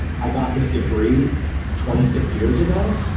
i got this degree twenty six years ago?